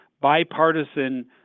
bipartisan